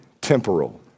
temporal